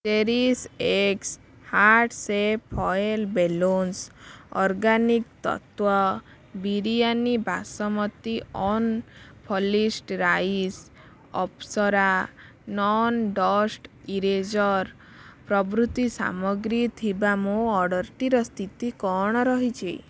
cherish X heart shape foil balloons organic Tattva biryani basmati unpolished rice Apsara non dust eraser ପ୍ରଭୃତି ସାମଗ୍ରୀ ଥିବା ମୋ ଅର୍ଡ଼ର୍ଟିର ସ୍ଥିତି କ'ଣ ରହିଛି